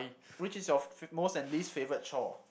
which is your f~ most and least favourite chore